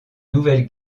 nouvelle